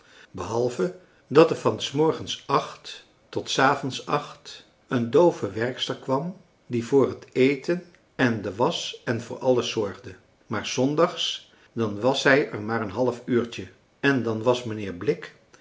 behalve dat er van s morgens acht françois haverschmidt familie en kennissen tot s avonds acht een doove werkster kwam die voor het eten en de wasch en voor alles zorgde maar s zondags dan was zij er maar een half uurtje en dan was mijnheer blik